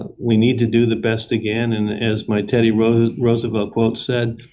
ah we need to do the best again and, as my teddy roosevelt roosevelt quote said,